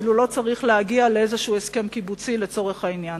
אפילו לא צריך להגיע לאיזה הסכם קיבוצי לצורך זה.